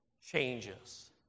changes